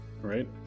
Right